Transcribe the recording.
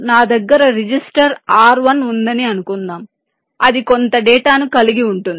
నా దగ్గర register R1 ఉందని అనుకుందాం అది కొంత డేటాను కలిగి ఉంటుంది